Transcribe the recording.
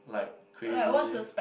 like crazy